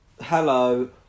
Hello